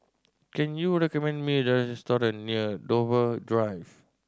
can you recommend me a restaurant near Dover Drive